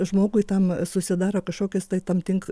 žmogui tam susidaro kažkokios tai tam tink